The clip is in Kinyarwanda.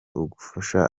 ugufasha